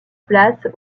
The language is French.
place